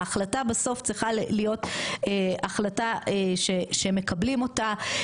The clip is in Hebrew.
ההחלטה בסוף צריכה להיות החלטה שמקבלים אותה,